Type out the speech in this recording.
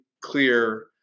clear